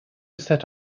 set